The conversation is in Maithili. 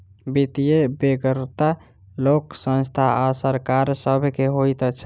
वित्तक बेगरता लोक, संस्था आ सरकार सभ के होइत छै